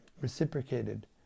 reciprocated